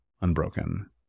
unbroken